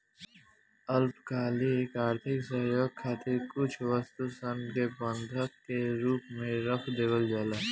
अल्पकालिक आर्थिक सहयोग खातिर कुछ वस्तु सन के बंधक के रूप में रख देवल जाला